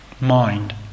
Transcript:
mind